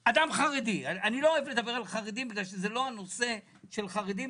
אני לא אוהב לדבר על חרדים כי הנושא הוא לא חרדים,